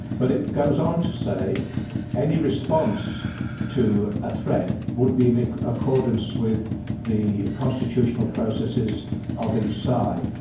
but it goes on to say any response to a threat would be in ah accordance with the constitutional processes of each side.